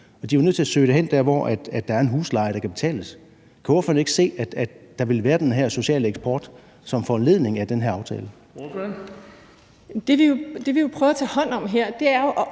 De er jo nødt til at søge derhen, hvor der er en husleje, de kan betale. Kan ordføreren ikke se, at der vil være den her sociale eksport som følge af den her aftale? Kl. 15:34 Den fg. formand (Erling